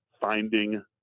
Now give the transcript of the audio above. finding